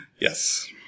Yes